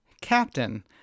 captain